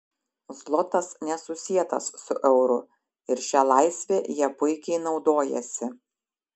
zlotas nesusietas su euru ir šia laisve jie puikiai naudojasi